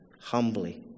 humbly